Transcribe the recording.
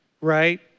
right